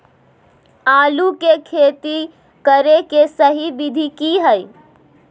आलू के खेती करें के सही विधि की हय?